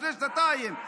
לפני שנתיים,